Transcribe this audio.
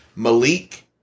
Malik